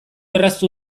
erraztu